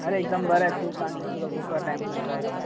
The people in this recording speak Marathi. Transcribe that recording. अरे एकदम बर आहे तू सांग तुझा खूप टाईमानी कॉल आला